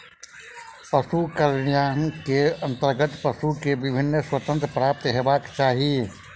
पशु कल्याण के अंतर्गत पशु के विभिन्न स्वतंत्रता प्राप्त हेबाक चाही